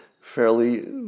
fairly